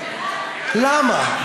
למה?